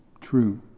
True